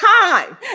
Time